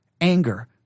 anger